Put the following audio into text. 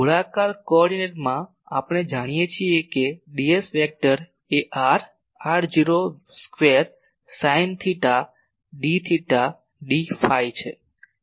ગોળાકાર કોઓર્ડિનેટમાં આપણે જાણીએ છીએ કે ds વેક્ટર એ r r0 square sine theta d theta d phi છે